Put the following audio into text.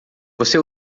você